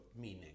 meaning